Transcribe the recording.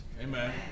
Amen